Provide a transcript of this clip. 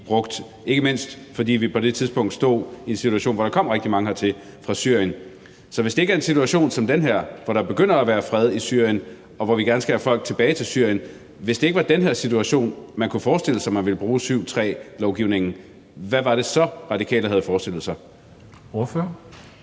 brugt, ikke mindst fordi vi på det tidspunkt stod i en situation, hvor der kom rigtig mange hertil fra Syrien. Så hvis det ikke er i en situation som den her, hvor der begynder at være fred i Syrien, og hvor vi gerne skal have folk tilbage til Syrien, altså hvis det ikke var i den her situation, hvor man kunne forestille sig, at man ville bruge § 7, stk. 3-lovgivningen, hvad var det så, Radikale havde forestillet sig? Kl.